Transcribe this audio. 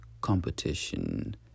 competition